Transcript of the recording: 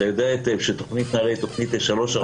אתה יודע היטב שתכנית נעל"ה היא תכנית לשלוש-ארבע שנים.